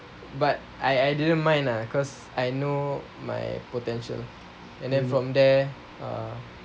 but I I didn't mind lah because I know my potential and then from there uh